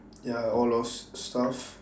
ya all those stuff